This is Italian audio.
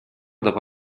dopo